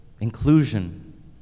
Inclusion